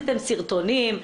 צילמתם סרטונים,